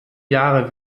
jahre